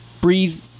breathe